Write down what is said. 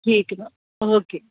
ਠੀਕ ਹੈ ma'am okay